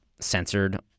censored